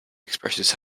expresses